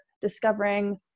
discovering